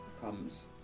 comes